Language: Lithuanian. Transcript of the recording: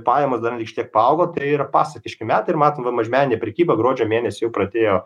pajamos dar šiek tiek paaugo tai yra pasakiški metai ir matom mažmeninė prekyba gruodžio mėnesį pradėjo